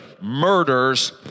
murders